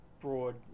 broad